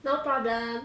no problem